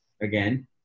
again